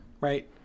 right